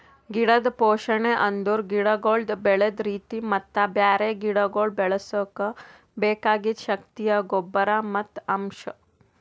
ಗಿಡದ್ ಪೋಷಣೆ ಅಂದುರ್ ಗಿಡಗೊಳ್ದು ಬೆಳದ್ ರೀತಿ ಮತ್ತ ಬ್ಯಾರೆ ಗಿಡಗೊಳ್ ಬೆಳುಸುಕ್ ಬೆಕಾಗಿದ್ ಶಕ್ತಿಯ ಗೊಬ್ಬರ್ ಮತ್ತ್ ಅಂಶ್